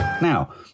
Now